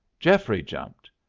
geoffrey jumped.